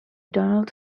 donald